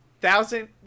thousand